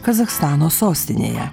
kazachstano sostinėje